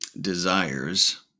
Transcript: desires